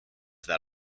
that